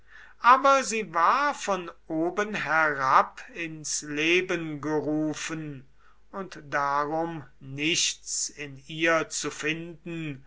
aber sie war von oben herab ins leben gerufen und darum nichts in ihr zu finden